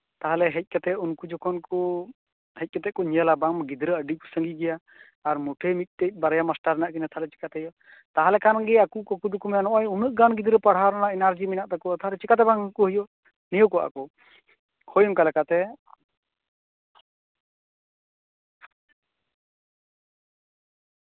ᱛᱟᱞᱦᱮ ᱦᱮᱡ ᱠᱟᱛᱮᱫ ᱩᱱᱠᱩ ᱡᱚᱠᱷᱚᱱ ᱠᱚ ᱦᱮᱡ ᱠᱟᱛᱮᱫ ᱠᱚ ᱧᱮᱞᱟ ᱵᱟᱝ ᱜᱤᱫᱽᱨᱟᱹ ᱟᱹᱰᱤ ᱠᱚ ᱥᱟᱸᱜᱮ ᱜᱮᱭᱟ ᱟᱨ ᱢᱳᱴᱮᱭ ᱢᱤᱫᱴᱟᱱ ᱵᱟᱨᱭᱟ ᱢᱟᱥᱴᱟᱨ ᱢᱮᱱᱟᱜ ᱠᱤᱱᱟᱹ ᱛᱟᱞᱦᱮ ᱪᱤᱠᱟᱹᱛᱮ ᱦᱩᱭᱩᱜᱼᱟ ᱛᱟᱞᱦᱮ ᱠᱷᱟᱱ ᱜᱮ ᱟᱠᱚ ᱛᱮᱜᱮᱠᱚ ᱢᱮᱱᱟ ᱩᱱᱟᱹᱜ ᱜᱟᱱ ᱜᱤᱫᱽᱨᱟᱹ ᱯᱟᱲᱦᱟᱣ ᱨᱮᱱᱟᱜ ᱮᱱᱟᱨᱡᱤ ᱢᱮᱱᱟᱜ ᱛᱟᱠᱚᱣᱟ ᱛᱟᱞᱮᱦ ᱪᱤᱠᱟᱹᱛᱮ ᱵᱟᱝ ᱦᱩᱭᱩᱜᱼᱟ ᱱᱤᱭᱳᱜᱚᱜᱼᱟ ᱠᱚ ᱦᱳᱭ ᱚᱝᱠᱟᱞᱮᱠᱟ ᱛᱮ